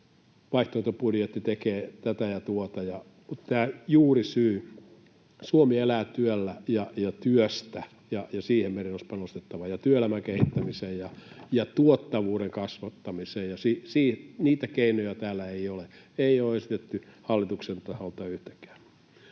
vaihtoehtobudjetti tekee tätä ja tuota, kun tämä juurisyy... Suomi elää työllä ja työstä, ja siihen meidän olisi panostettava, työelämän kehittämiseen ja tuottavuuden kasvattamiseen. Niitä keinoja täällä ei ole esitetty hallituksen taholta yhtäkään.